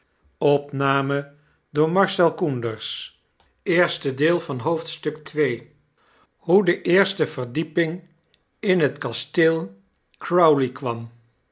hoe de eehste verdieping in het kasteel crowley kwam